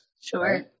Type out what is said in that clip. Sure